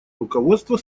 руководство